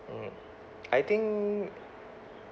mm I think